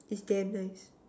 it's damn nice